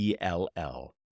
ELL